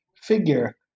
figure